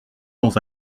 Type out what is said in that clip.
dans